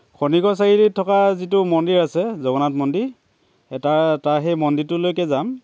খনিকৰ চাৰিআলিত থকা যিটো মন্দিৰ আছে জগন্নাথ মন্দিৰ এটা তাৰ সেই মন্দিৰটোলৈকে যাম